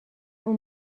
اون